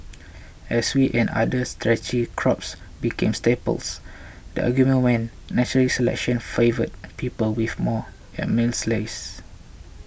as wheat and other starchy crops became staples the argument went natural selection favoured people with more amylase